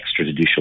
extrajudicial